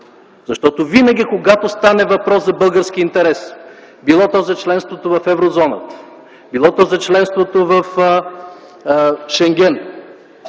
Защото винаги, когато стане въпрос за българския интерес - било за членството в Еврозоната, било за членството в Шенген,